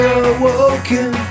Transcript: awoken